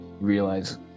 realize